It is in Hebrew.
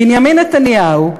בנימין נתניהו,